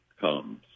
comes